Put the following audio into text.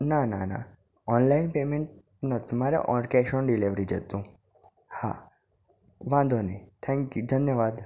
ના ના ના ઓનલાઈન પેમેન્ટ નથી મારે ઓન્ કેશ ઓન ડિલેવરી જ હતું હા વાંધો નહીં થેન્ક યુ ધન્યવાદ